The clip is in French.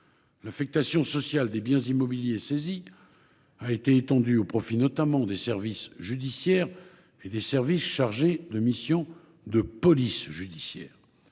L’affectation sociale des biens immobiliers saisis a été étendue au profit notamment des services judiciaires et des services chargés de missions de police judiciaire.